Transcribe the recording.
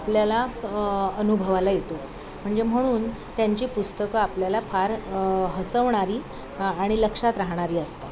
आपल्याला अनुभवाला येतो म्हणजे म्हणून त्यांची पुस्तकं आपल्याला फार हसवणारी आणि लक्षात राहणारी असतात